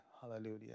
Hallelujah